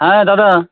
হ্যাঁ দাদা